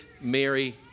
Mary